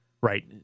right